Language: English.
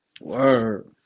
word